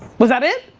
was that it?